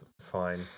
fine